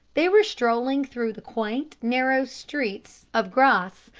they were strolling through the quaint, narrow streets of grasse,